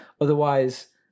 otherwise